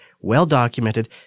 well-documented